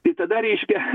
tai tada reiškią